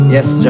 Yes